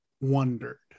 wondered